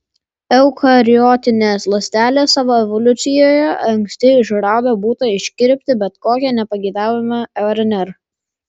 eukariotinės ląstelės savo evoliucijoje anksti išrado būdą iškirpti bet kokią nepageidaujamą rnr